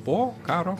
po karo